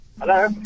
Hello